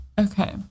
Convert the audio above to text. Okay